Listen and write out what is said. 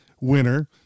winner